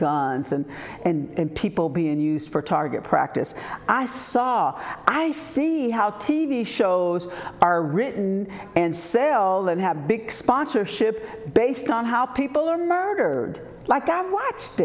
guns and and people being used for target practice i saw i see how t v shows are written and sale that have big sponsorship based on how people are murdered like i've watched